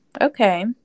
Okay